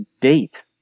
date